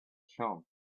chumps